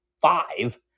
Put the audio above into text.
five